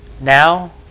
now